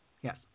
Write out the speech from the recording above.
Yes